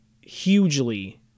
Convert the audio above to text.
hugely